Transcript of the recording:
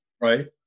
Right